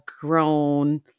grown